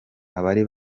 abari